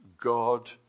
God